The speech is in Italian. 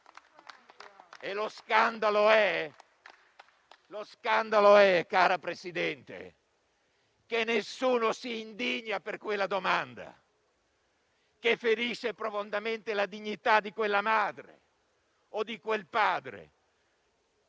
Lo scandalo è, signora Presidente, che nessuno si indigna per quella domanda che ferisce profondamente la dignità di quella madre o di quel padre.